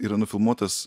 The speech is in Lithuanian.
yra nufilmuotas